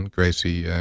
Gracie